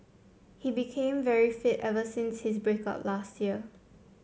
he became very fit ever since his break up last year